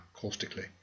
caustically